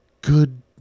good